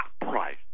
price